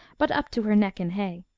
but up to her neck in hay.